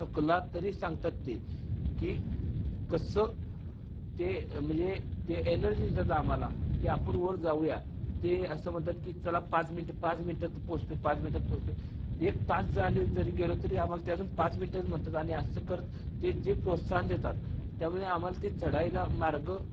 थकला तरी सांगतात ते की कसं ते म्हणजे ते एनर्जी देतात आम्हाला की आपण वर जाऊया ते असं म्हणतात की चला पाच मिनट पाच मिनटात पोचतोय पाच मिनिटात पोचतोय एक तास झाला जरी गेलो तरी आम्हाला ते अजून पाच मिनटात म्हणतात आणि असं करत ते जे प्रोत्साहन देतात त्यामुळे आमाला ते चढाईला मार्ग